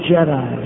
Jedi